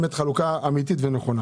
חלוקה אמיתית ונכונה.